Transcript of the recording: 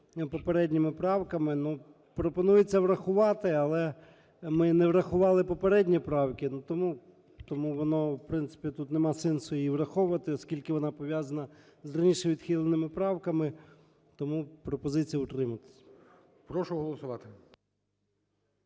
попередніми правками. Пропонується врахувати. Але ми не врахували попередні правки, тому воно в принципі тут нема сенсу її враховувати, оскільки вона пов'язана з раніше відхиленими правками. Тому пропозиція утриматись. ГОЛОВУЮЧИЙ. Прошу голосувати.